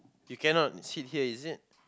we cannot sit here is it